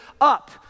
up